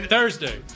Thursday